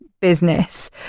business